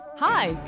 Hi